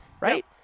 Right